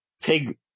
take